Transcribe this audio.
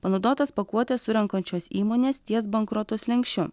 panaudotas pakuotes surenkančios įmonės ties bankroto slenksčiu